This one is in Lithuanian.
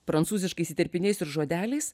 prancūziškais įterpiniais ir žodeliais